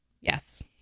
Yes